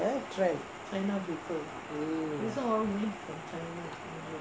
ah trend mm